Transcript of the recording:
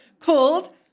called